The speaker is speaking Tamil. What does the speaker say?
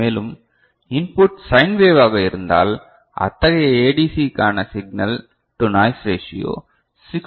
மேலும் இன்புட் சைன் வேவாக இருந்தால் அத்தகைய ADC க்கான சிக்னல் டு நாய்ஸ் ரேஷியோ 6